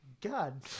God